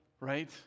right